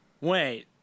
Wait